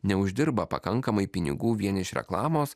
neuždirba pakankamai pinigų vien iš reklamos